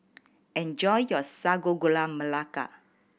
enjoy your Sago Gula Melaka